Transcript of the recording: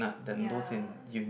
ya